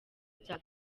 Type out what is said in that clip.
bya